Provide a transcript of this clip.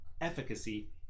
efficacy